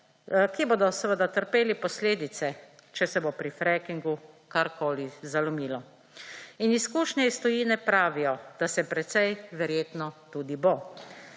ki bodo seveda trpeli posledice, če se bo pri frackingu karkoli zalomilo. In izkušnje iz tujine pravijo, da se precej verjetno tudi bo.